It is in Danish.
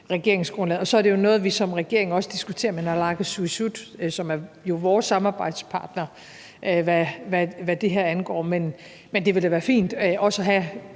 regeringsgrundlaget. Og så er det jo noget, vi også som regering diskuterer med naalakkersuisut, som jo er vores samarbejdspartner, hvad det her angår. Men det vil da være fint også at have